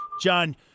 John